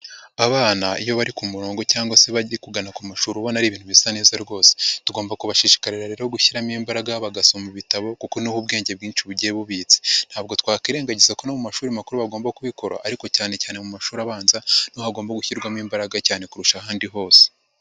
Abana iyo bari ku murongo cyangwa se bajye kugana ku mashuri ubona ari ibintu bisa neza rwose. Tugomba kubashishikarira rero gushyiramo imbaraga bagasoma ibitabo kuko nubwo ubwenge bwinshi bugiye bubitse. Ntabwo twakwirengagiza ko no mu mashuri makuru bagomba kubikora ariko cyane cyane mu mashuri abanza, niho hagomba gushyirwamo imbaraga cyane kurusha ahandi hose.